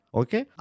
okay